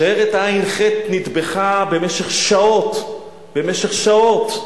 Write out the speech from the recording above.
שיירת הע"ח נטבחה במשך שעות, במשך שעות,